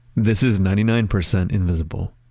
this is ninety nine percent invisible.